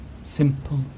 simple